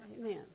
Amen